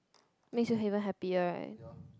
makes you even happier right